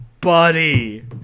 buddy